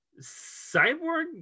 Cyborg